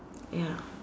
ya